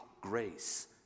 grace